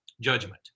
judgment